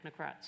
technocrats